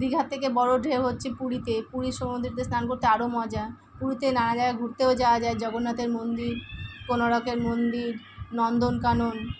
দীঘার থেকে বড় ঢেউ হচ্ছে পুরীতে পুরীর সমুদ্রেতে স্নান করতে আরও মজা পুরীতে নানা জায়গায় ঘুরতেও যাওয়া যায় জগন্নাথের মন্দির কোনারকের মন্দির নন্দনকানন